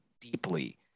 deeply